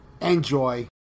Enjoy